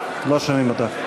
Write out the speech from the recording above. (קוראת בשמות חברי הכנסת)